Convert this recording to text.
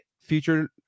feature